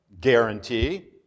guarantee